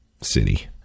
city